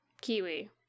Kiwi